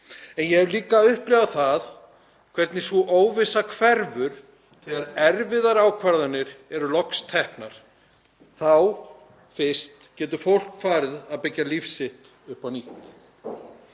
En ég hef líka upplifað það hvernig sú óvissa hverfur þegar erfiðar ákvarðanir eru loks teknar. Þá fyrst getur fólk farið að byggja líf sitt upp á nýtt.